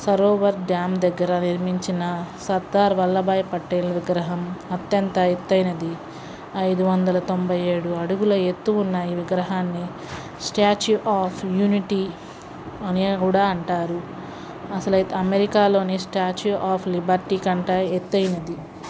Sarovar dam దగ్గర నిర్మించిన సర్ధార్ వల్లభ్భాయ్ పటేల్ విగ్రహం అత్యంత ఎత్తు అయినది ఐదు వందల తొంభై ఏడు అడుగుల ఎత్తు ఉన్న ఈ విగ్రహాన్ని స్టాట్యూ ఆఫ్ యూనిటీ అని కూడా అంటారు అసలు అయితే అమెరికాలోని స్టాట్యూ ఆఫ్ లిబర్టీ కంటే ఎత్తు అయినది